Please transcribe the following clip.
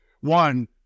One